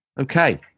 okay